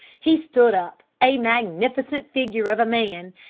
he stood up, a magnificent figure of a man,